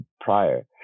prior